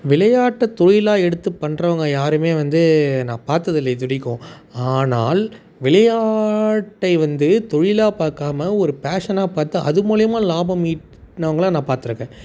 விளையாட்டை தொழிலாக எடுத்துப் பண்ணுறவங்க யாரும் வந்து நான் பார்த்ததில்ல இது வரைக்கும் ஆனால் விளையாட்டை வந்து தொழிலாக பார்க்காம ஒரு பேஷனாக பார்த்து அது மூலயமா லாபம் ஈட்டினவங்கள நான் பார்த்துருக்கேன்